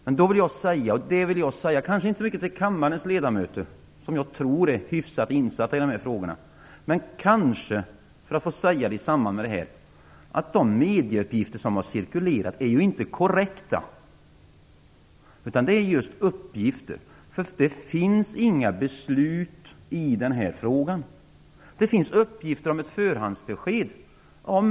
Jag vill i samband med detta ärende säga - kanske inte så mycket till kammarens ledamöter, som jag tror är hyfsat insatta i de här frågorna - att de medieuppgifter som har cirkulerat är inte korrekta. Det är just uppgifter - det finns inga beslut i den här frågan. Det finns uppgifter om ett förhandsbesked.